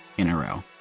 in a row!